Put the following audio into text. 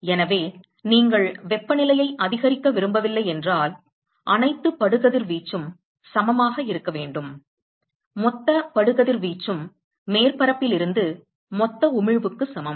எனவே நீங்கள் வெப்பநிலையை அதிகரிக்க விரும்பவில்லை என்றால் அனைத்து படு கதிர்வீச்சும் சமமாக இருக்க வேண்டும் மொத்த படு கதிர்வீச்சும் மேற்பரப்பில் இருந்து மொத்த உமிழ்வுக்கு சமம்